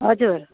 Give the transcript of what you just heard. हजुर